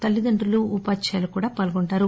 తల్లిదండ్రులు ఉపాధ్యాయులు కూడా పాల్గొంటారు